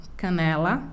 canela